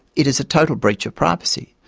it is a total breach of privacy,